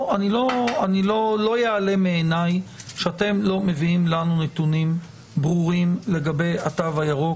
לא נעלם מעיניי שאתם לא מביאים לנו נתונים ברורים לגבי התו הירוק